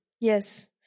Yes